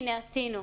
הנה עשינו.